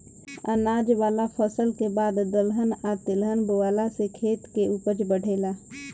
अनाज वाला फसल के बाद दलहन आ तेलहन बोआला से खेत के ऊपज बढ़ेला